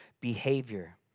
behavior